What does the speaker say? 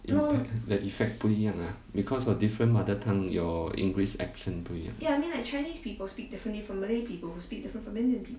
impact the effect 不一样 ah because of different mother tongue your english accent 不一样